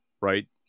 right